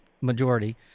Majority